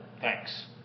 Thanks